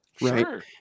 Right